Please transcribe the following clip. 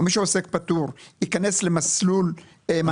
או שמי שהוא עוסק פטור ייכנס למסלול מענק